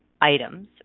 items